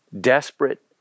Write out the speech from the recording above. desperate